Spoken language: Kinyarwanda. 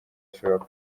zishobora